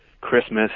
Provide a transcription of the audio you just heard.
Christmas